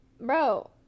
bro